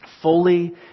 fully